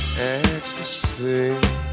ecstasy